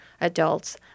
adults